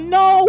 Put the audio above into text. no